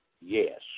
yes